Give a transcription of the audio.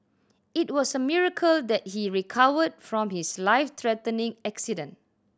it was a miracle that he recovered from his life threatening accident